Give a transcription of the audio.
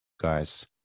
guys